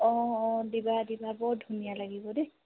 অঁ অঁ দিবা দিবা বৰ ধুনীয়া লাগিব দেই